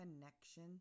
connection